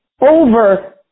over